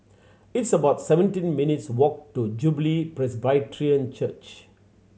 it's about seventeen minutes' walk to Jubilee Presbyterian Church